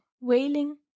wailing